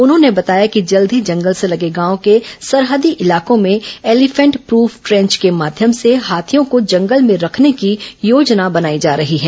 उन्होंने बताया कि जल्द ही जंगल से लगे गांव के सरहदी इलाकों में एलीफेंट प्रफ ट्रेंज के माध्यम से हाथियों को जंगल में रखने की योजना बनाई जा रही है